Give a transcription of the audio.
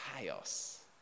chaos